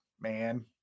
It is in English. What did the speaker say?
man